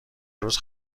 روز